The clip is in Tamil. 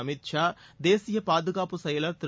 அமித் ஷா தேசிய பாதுகாப்பு செயலர் திரு